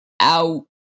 out